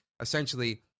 essentially